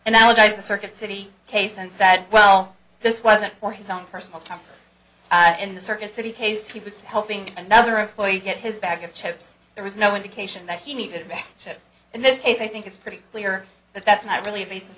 analogize the circuit city case and said well this wasn't for his own personal time in the circuit city case he was helping another employee get his bag of chips there was no indication that he needed back chips in this case i think it's pretty clear that that's not really a basis